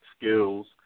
skills